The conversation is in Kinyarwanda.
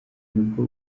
nibwo